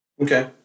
Okay